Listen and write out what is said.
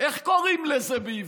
איך קוראים לזה בעברית,